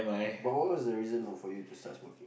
but what was the reason for you to start smoking